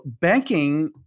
banking